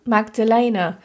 Magdalena